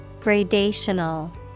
Gradational